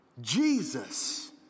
Jesus